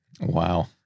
Wow